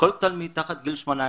כל תלמיד מתחת לגיל 18